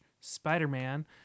Spider-Man